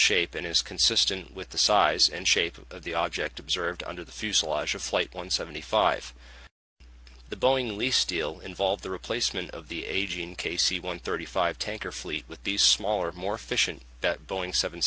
shape and is consistent with the size and shape of the object observed under the fuselage of flight one seventy five the boeing least still involved the replacement of the aging k c one thirty five tanker fleet with the smaller more efficient that boeing seven